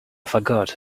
forgot